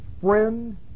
Friend